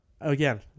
again